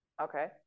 Okay